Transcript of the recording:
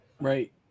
Right